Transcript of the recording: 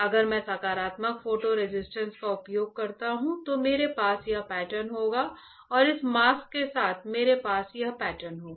अगर मैं सकारात्मक फोटो रेसिस्ट का उपयोग करता हूं तो मेरे पास यह पैटर्न होगा और इस मास्क के साथ मेरे पास यह पैटर्न होगा